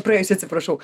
praėjusi atsiprašau